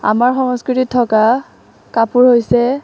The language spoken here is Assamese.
আমাৰ সংস্কৃতিত থকা কাপোৰ হৈছে